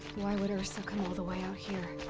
why would ersa come all the way out here?